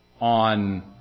on